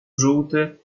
żółty